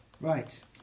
right